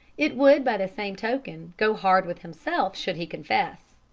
it would, by the same token, go hard with himself should he confess.